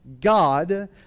God